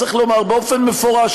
צריך לומר באופן מפורש,